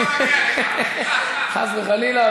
חס וחלילה.